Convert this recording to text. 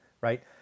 right